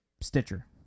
Stitcher